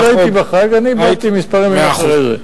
אני לא הייתי בחג, אני באתי כמה ימים אחרי זה.